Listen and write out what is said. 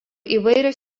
įvairios